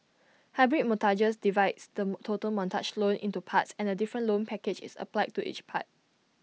hybrid mortgages divides the total mortgage loan into parts and A different loan package is applied to each part